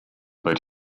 but